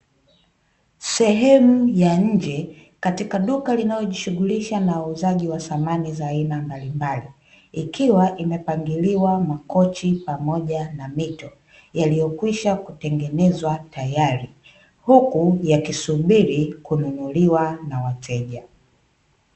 Sehemu ya nje katika duka linalojishughulisha na uuzaji wa samani za aina mbalimbali, ikiwa imepangiliwa makochi pamoja na mito yaliyokwisha kutengenezwa tayari huku yakisubiri kununuliwa na wateja.